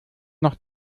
noch